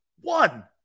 one